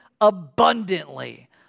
abundantly